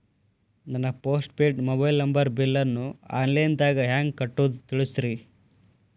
ನನ್ನ postpaid mobile ನಂಬರನ್ನು bill online ದಾಗ ಹೆಂಗ್ ಕಟ್ಟೋದು ತಿಳಿಸ್ರಿ